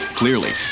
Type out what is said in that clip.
Clearly